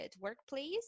workplace